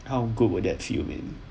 how good will that feel man